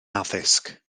addysg